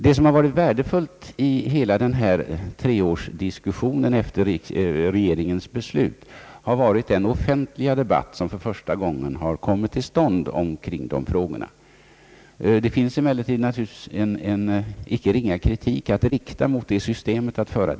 Det som varit värdefullt i den treåriga diskussionen efter regeringens beslut är den offentliga debatt som för första gången kommit till stånd kring dessa frågor. Det finns emellertid anledning att rikta en icke ringa kritik mot det sätt på vilket debatten har förts.